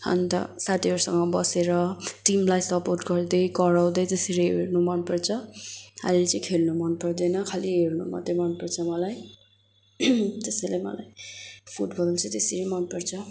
अन्त साथीहरूसँग बसेर टिमलाई सपोर्ट गर्दै कराउँदै त्यसरी हेर्नु मनपर्छ अहिले चाहिँ खेल्नु मनपर्दैन खालि हेर्नु मात्रै मनपर्छ मलाई त्यसैले मलाई फुटबल चाहिँ त्यसरी मनपर्छ